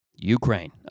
Ukraine